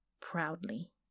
proudly